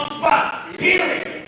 Hearing